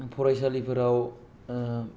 फरायसालिफोराव